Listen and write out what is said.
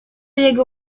jego